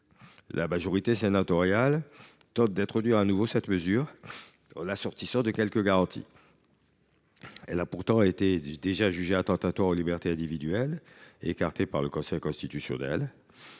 La majorité sénatoriale tente d’introduire de nouveau cette mesure, en l’assortissant de quelques garanties. Elle a pourtant déjà été jugée attentatoire aux libertés individuelles et écartée par le Conseil constitutionnel.